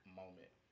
moment